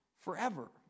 forever